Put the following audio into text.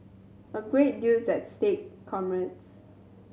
a great deal is at stake comrades